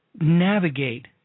navigate